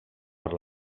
per